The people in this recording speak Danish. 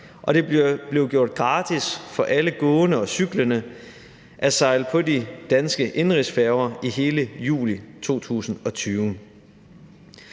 det blev gjort gratis for alle gående og cyklende at sejle med de danske indenrigsfærger i hele juli 2020.